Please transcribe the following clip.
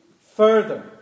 Further